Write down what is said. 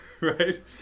right